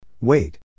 wait